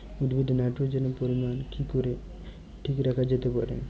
উদ্ভিদে নাইট্রোজেনের পরিমাণ কি করে ঠিক রাখা যেতে পারে?